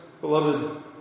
beloved